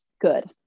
good